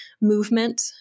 movement